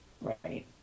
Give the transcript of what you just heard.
Right